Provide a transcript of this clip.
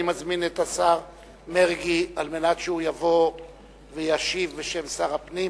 אני מזמין את השר יעקב מרגי על מנת שיבוא וישיב בשם שר הפנים